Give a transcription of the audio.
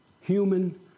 human